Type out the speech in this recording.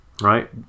Right